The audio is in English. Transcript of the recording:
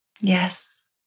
Yes